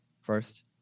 first